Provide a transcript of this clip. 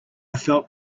felt